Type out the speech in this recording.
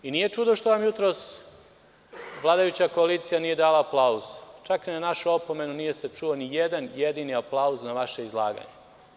Nije čudo što vam jutros vladajuća koalicija nije dala aplauz, čak i na našu opomenu nije se čuo nijedan jedini aplauz na vaše izlaganje.